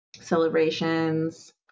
celebrations